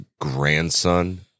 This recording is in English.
grandson